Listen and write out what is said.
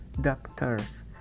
doctors